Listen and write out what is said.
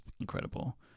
incredible